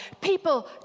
people